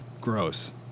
gross